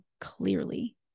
clearly